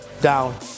down